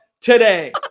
today